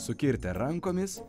sukirtę rankomis